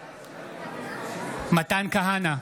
בעד מתן כהנא,